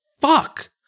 fuck